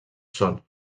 són